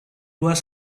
was